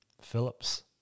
Phillips